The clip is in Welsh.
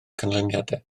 canlyniadau